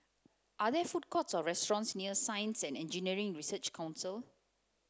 are there food courts or restaurants near Science and Engineering Research Council